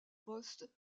postes